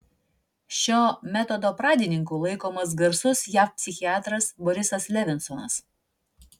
šio metodo pradininku laikomas garsus jav psichiatras borisas levinsonas